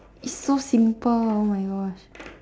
it's so simple oh my gosh